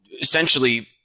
essentially